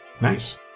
Nice